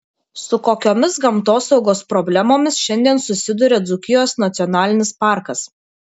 su kokiomis gamtosaugos problemomis šiandien susiduria dzūkijos nacionalinis parkas